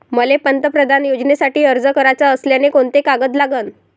मले पंतप्रधान योजनेसाठी अर्ज कराचा असल्याने कोंते कागद लागन?